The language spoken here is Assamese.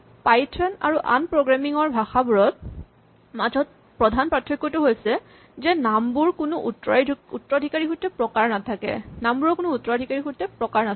পাইথন আৰু আন প্ৰগ্ৰেমিং ৰ ভাষাবোৰৰ মাজত প্ৰধান পাৰ্থক্যটো হৈছে যে নামবোৰৰ কোনো উত্তৰাধিকাৰীসূত্ৰে প্ৰকাৰ নাথাকে